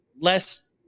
less